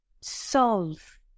solve